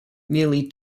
nearly